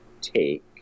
take